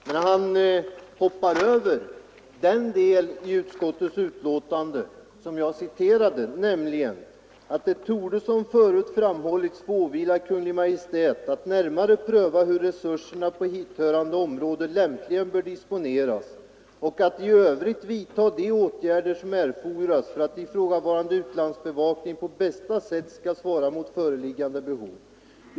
Men han hoppar över den del i utskottets betänkande som jag citerade, nämligen: ”Det torde som förut framhållits få åvila Kungl. Maj:t att närmare pröva hur resurserna på hithörande område lämpligen bör disponeras och att i övrigt vidta de åtgärder som erfordras för att ifrågavarande utlandsbevakning på bästa sätt skall svara mot föreliggande behov.